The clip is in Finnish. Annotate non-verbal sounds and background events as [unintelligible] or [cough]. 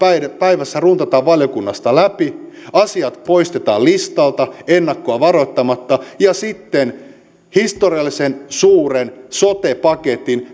päivässä runtataan valiokunnasta läpi asiat poistetaan listalta ennakkoon varoittamatta ja sitten historiallisen suuren sote paketin [unintelligible]